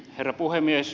herra puhemies